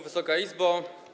Wysoka Izbo!